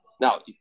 Now